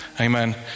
Amen